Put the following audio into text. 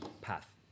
path